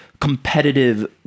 competitive